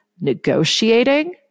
negotiating